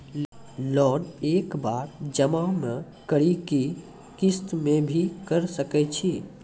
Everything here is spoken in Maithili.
लोन एक बार जमा म करि कि किस्त मे भी करऽ सके छि?